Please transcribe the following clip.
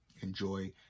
Enjoy